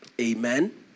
Amen